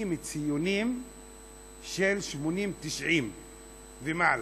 מביאים ציונים של 80 90 ומעלה,